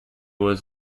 was